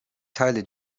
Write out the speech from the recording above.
teile